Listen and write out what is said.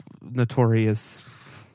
notorious